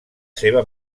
seva